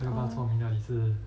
oh